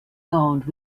owned